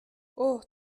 اوه